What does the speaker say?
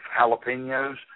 jalapenos